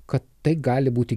kad tai gali būti